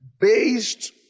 based